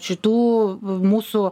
šitų mūsų